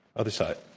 other side.